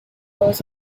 was